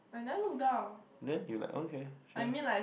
then you like okay sure